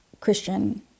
Christian